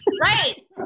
Right